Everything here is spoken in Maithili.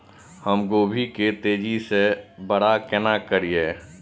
हम गोभी के तेजी से बड़ा केना करिए?